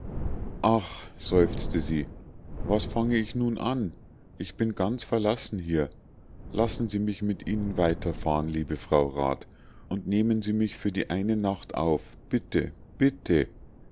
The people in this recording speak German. ach seufzte sie was fange ich nun an ich bin ganz verlassen hier lassen sie mich mit ihnen weiterfahren liebe frau rat und nehmen sie mich für die eine nacht auf bitte bitte